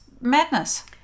madness